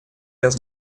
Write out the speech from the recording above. без